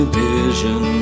vision